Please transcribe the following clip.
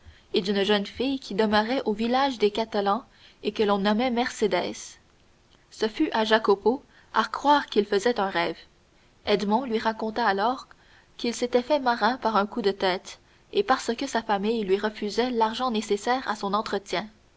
et d'une jeune fille qui demeurait au village des catalans et que l'on nommait mercédès ce fut à jacopo à croire qu'il faisait un rêve edmond lui raconta alors qu'il s'était fait marin par un coup de tête et parce que sa famille lui refusait l'argent nécessaire à son entretien